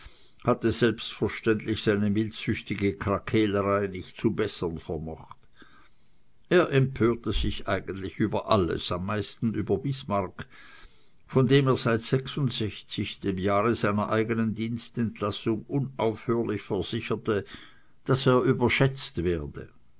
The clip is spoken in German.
hatte selbstverständlich seine milzsüchtige krakehlerei nicht zu bessern vermocht er empörte sich eigentlich über alles am meisten über bismarck von dem er seit sechsundsechzig dem jahre seiner eigenen dienstentlassung unaufhörlich versicherte daß er überschätzt werde